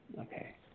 Okay